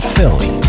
Philly